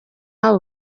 wabo